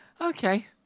Okay